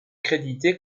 crédité